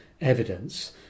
evidence